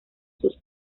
sus